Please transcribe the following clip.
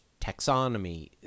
taxonomy